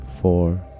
four